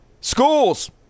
schools